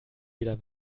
wieder